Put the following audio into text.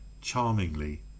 charmingly